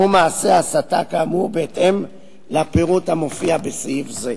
או מעשי הסתה כאמור בהתאם לפירוט המופיע בסעיף זה.